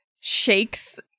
shakes